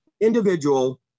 individual